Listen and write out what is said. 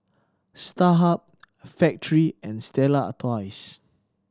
Starhub Factorie and Stella Artois